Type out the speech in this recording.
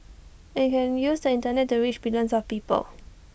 and you can use the Internet to reach billions of people